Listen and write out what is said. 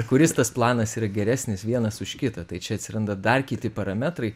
kuris tas planas yra geresnis vienas už kitą tai čia atsiranda dar kiti parametrai